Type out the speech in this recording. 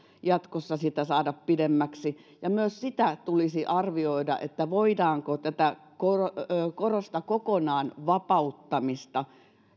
jatkossa saada pidemmäksi myös sitä tulisi arvioida voidaanko korosta kokonaan vapauttamista